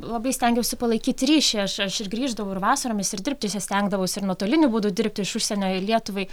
labai stengiausi palaikyti ryšį aš aš ir grįždavau ir vasaromis ir dirbti čia stengdavausi ir nuotoliniu būdu dirbti iš užsienio lietuvai